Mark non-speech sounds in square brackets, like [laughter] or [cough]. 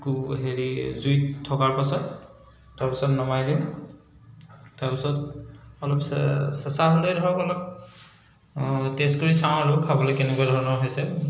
[unintelligible] হেৰি জুইত থকাৰ পাছত তাৰ পাছত নমাই দিওঁ তাৰ পাছত অলপ চেঁচা হ'লেই ধৰক অলপ টেষ্ট কৰি চাওঁ আৰু খাবলৈ কেনেকুৱা ধৰণৰ হৈছে